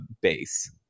base